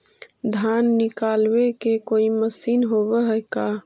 धान निकालबे के कोई मशीन होब है का?